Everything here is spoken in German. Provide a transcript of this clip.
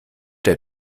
der